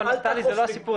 זה לא הסיפור.